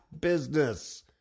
business